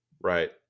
right